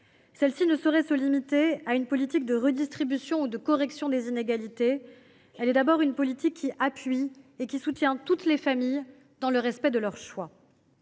Celle ci ne saurait se limiter à une politique de redistribution ou de correction des inégalités. Elle vise d’abord à appuyer et à soutenir toutes les familles, dans le respect de leurs choix.